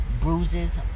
bruises